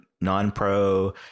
non-pro